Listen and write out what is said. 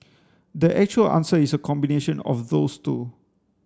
the actual answer is a combination of those two